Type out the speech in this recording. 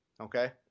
Okay